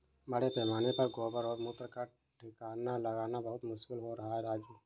बड़े पैमाने पर गोबर और मूत्र का ठिकाना लगाना बहुत मुश्किल हो रहा है राजू